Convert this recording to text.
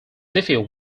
nephew